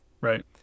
Right